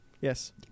Yes